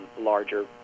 Larger